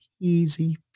Easy